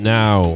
now